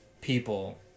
people